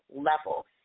level